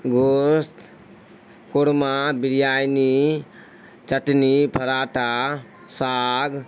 گوشت قورمہ بریانی چٹنی پراٹھا ساگ